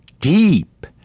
deep